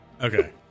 Okay